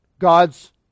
God's